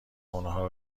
اونها